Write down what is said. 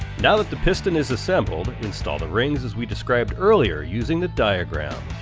now that the piston is assembled, install the rings as we described earlier, using the diagram,